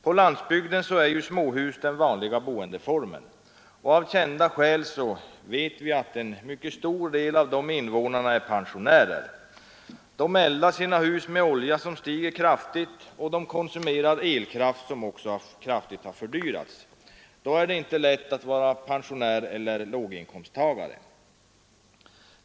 På landsbygden är småhuset den vanliga boendeformen, och av kända skäl vet vi att en mycket stor del av deras invånare är pensionärer. De eldar sina hus med olja, som stiger kraftigt i pris, och de konsumerar elkraft, vilken också fördyrats. Då är det inte lätt att vara pensionär eller låginkomsttagare.